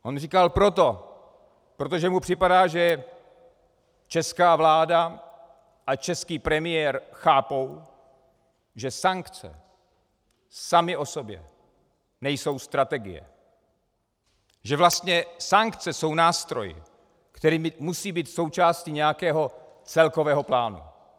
On říkal proto, protože mu připadá, že česká vláda a český premiér chápou, že sankce samy o sobě nejsou strategie, že vlastně sankce jsou nástroj, který musí být součástí nějakého celkového plánu.